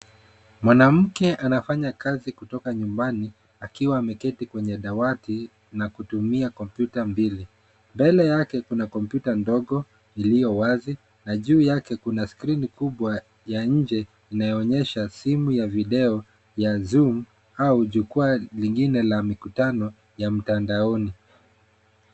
Mwanamke anafanya kazi kutoka nyumbani akiwa ameketi kwenye dawati na kutumia kompyuta mbili. Mbele yake kuna kumpyuta ndogo iliyo wazi na juu yake kuna skrini kubwa ya nje inayoonyesha simu ya video ya zoom au jukwaa lingine la mikutano ya mtandaoni.